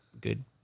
good